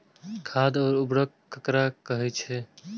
खाद और उर्वरक ककरा कहे छः?